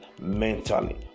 mentally